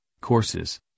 courses